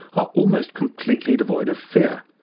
are almost completely devoid of fear,